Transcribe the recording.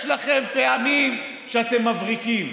יש לכם פעמים שאתם מבריקים.